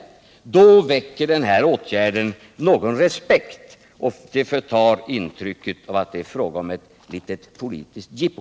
Då väcker den här åtgärden någon respekt och det förtar intrycket av att det är fråga om ett litet politiskt jippo.